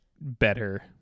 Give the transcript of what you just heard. better